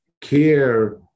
care